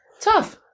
Tough